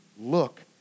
look